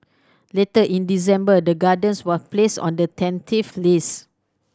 later in December the Gardens was placed on the tentative list